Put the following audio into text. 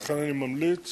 לכן, אני ממליץ